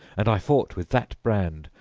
and i fought with that brand,